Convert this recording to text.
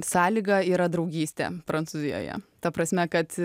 sąlyga yra draugystė prancūzijoje ta prasme kad